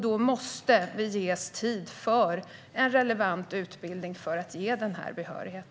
Då måste det ges tid för en relevant utbildning som ger denna behörighet.